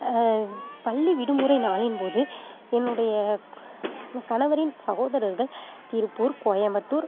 பள்ளி விடுமுறை நாளின் போது என்னுடைய கணவரின் சகோதரர்கள் திருப்பூர் கோயம்பத்தூர்